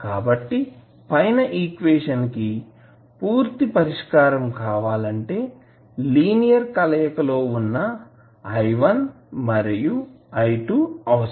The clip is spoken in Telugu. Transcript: కాబట్టి పైన ఈక్వేషన్ కి పూర్తి పరిష్కారం కావాలంటే లినియర్ కలయిక లో వున్నా i1 మరియు i2 అవసరం